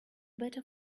better